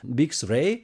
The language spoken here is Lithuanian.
biks rei